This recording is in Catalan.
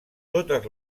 totes